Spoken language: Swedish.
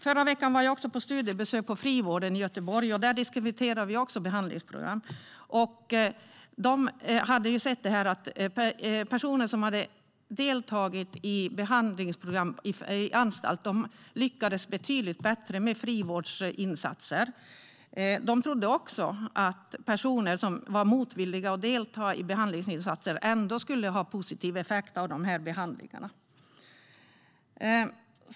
Förra veckan var jag också på studiebesök, då på frivården i Göteborg. Där diskuterade vi också behandlingsprogram. De hade sett att personer som hade deltagit i behandlingsprogram på anstalt lyckades betydligt bättre med frivårdsinsatser. De trodde också att även personer som var motvilliga till att delta i behandlingsinsatser skulle få en positiv effekt av de här behandlingarna.